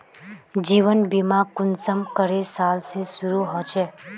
जीवन बीमा कुंसम करे साल से शुरू होचए?